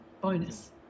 bonus